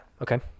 okay